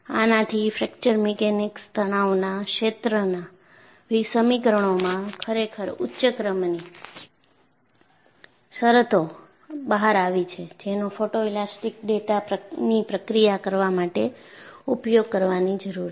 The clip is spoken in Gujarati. આનાથી ફ્રેક્ચર મિકેનિક્સ તણાવના ક્ષેત્રના સમીકરણોમાં ખરેખર ઉચ્ચ ક્રમની શરતો બહાર આવી છે જેનો ફોટોઇલાસ્ટિક ડેટાની પ્રક્રિયા કરવા માટે ઉપયોગ કરવાની જરૂર છે